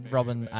Robin